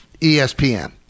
ESPN